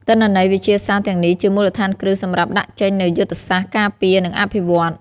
ទិន្នន័យវិទ្យាសាស្ត្រទាំងនេះជាមូលដ្ឋានគ្រឹះសម្រាប់ដាក់ចេញនូវយុទ្ធសាស្ត្រការពារ និងអភិវឌ្ឍន៍។